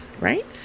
right